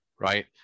right